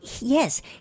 yes